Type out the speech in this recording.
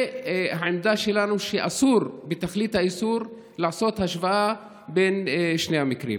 והעמדה שלנו היא שאסור בתכלית האיסור לעשות השוואה בין שני המקרים.